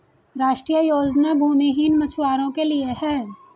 राष्ट्रीय योजना भूमिहीन मछुवारो के लिए है